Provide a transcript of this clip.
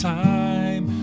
time